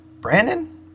Brandon